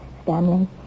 Stanley